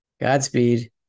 Godspeed